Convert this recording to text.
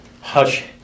hush